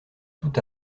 tout